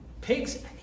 pigs